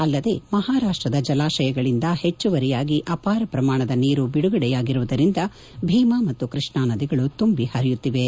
ಆಲ್ಲದೆ ಮಹಾರಾಷ್ಲದ ಜಲಾಶಯಗಳಿಂದ ಪೆಚ್ಚುವರಿಯಾಗಿ ಅಪಾರ ಪ್ರಮಾಣದ ನೀರು ಬಿಡುಗಡೆಯಾಗಿರುವುದರಿಂದ ಭೀಮಾ ಮತ್ತು ಕ್ಕಷ್ಣ ನದಿಗಳು ತುಂಬಿ ಪರಿಯುತ್ತಿವೆ